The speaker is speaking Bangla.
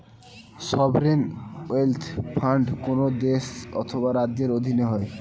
সভরেন ওয়েলথ ফান্ড কোন দেশ অথবা রাজ্যের অধীনে হয়